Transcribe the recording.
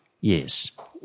Yes